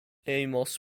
amos